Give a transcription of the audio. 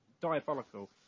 diabolical